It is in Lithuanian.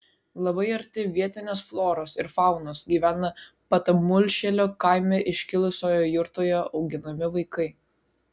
labai arti vietinės floros ir faunos gyvena patamulšėlio kaime iškilusioje jurtoje auginami vaikai